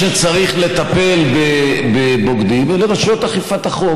מי שצריך לטפל בבוגדים הן רשויות אכיפת החוק,